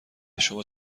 شما